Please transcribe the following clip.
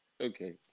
okay